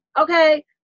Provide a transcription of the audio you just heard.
okay